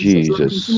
Jesus